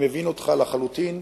אני מבין אותך לחלוטין,